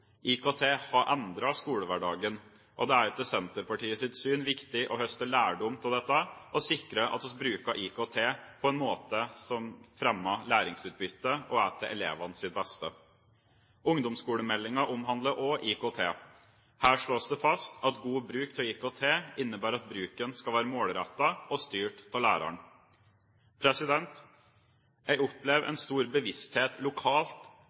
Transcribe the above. IKT har endret skolehverdagen, og det er etter Senterpartiets syn viktig å høste lærdom av dette, og sikre at vi bruker IKT på en måte som fremmer læringsutbyttet og er til elevenes beste. Ungdomsskolemeldingen omhandler også IKT. Her slås det fast at god bruk av IKT innebærer at bruken skal være målrettet og styrt av læreren. Jeg opplever en stor bevissthet lokalt